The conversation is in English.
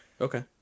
okay